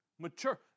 Mature